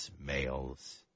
males